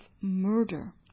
murder